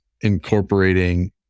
incorporating